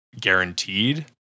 guaranteed